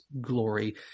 glory